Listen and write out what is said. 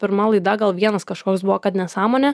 pirma laida gal vienas kažkoks buvo kad nesąmonė